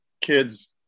kids